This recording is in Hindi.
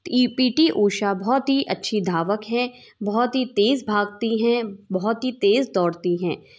ई पी टी ऊषा बहुत ही अच्छी धावक हैं बहुत ही तेज़ भागती हैं बहुत ही तेज़ दौड़ती हैं